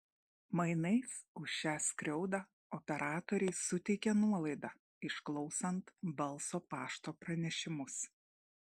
mainais už šią skriaudą operatoriai suteikė nuolaidą išklausant balso pašto pranešimus